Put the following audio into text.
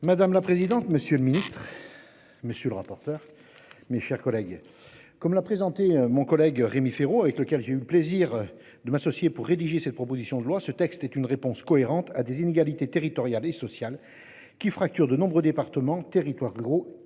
Madame la présidente, monsieur le ministre. Monsieur le rapporteur. Mes chers collègues. Comme l'a présenté. Mon collègue Rémi Féraud, avec lequel j'ai eu le plaisir de m'associer pour rédiger cette proposition de loi. Ce texte est une réponse cohérente à des inégalités territoriales et sociales qui fracture de nombreux départements territoires ruraux